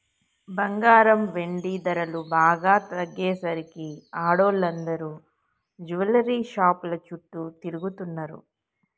బంగారం, వెండి ధరలు బాగా తగ్గేసరికి ఆడోళ్ళందరూ జువెల్లరీ షాపుల చుట్టూ తిరుగుతున్నరు